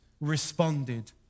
responded